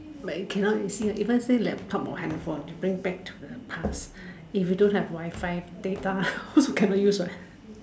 but you cannot you see eh even say laptop and handphone you bring back to the past if you don't have Wi-Fi data you can not use what